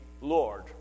Lord